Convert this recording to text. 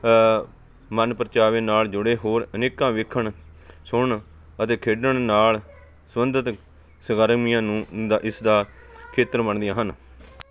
ਮਨ ਪਰਚਾਵੇ ਨਾਲ ਜੁੜੇ ਹੋਰ ਅਨੇਕਾਂ ਵੇਖਣ ਸੁਣਨ ਅਤੇ ਖੇਡਣ ਨਾਲ ਸੰਬੰਧਿਤ ਸਰਗਰਮੀਆਂ ਨੂੰ ਦਾ ਇਸਦਾ ਖੇਤਰ ਬਣਦੀਆਂ ਹਨ